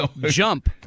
jump